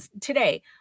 today